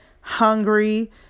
hungry